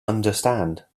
understand